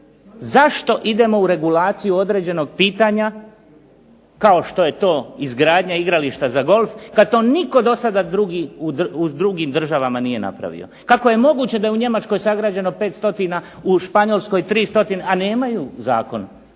Zašto idemo u regulaciju određenog pitanja kao što je to izgradnja igrališta za golf kad to nitko dosada u drugim državama nije napravio? Kako je moguće da je u Njemačkoj sagrađeno 500, u Španjolskoj 300, a nemaju Zakon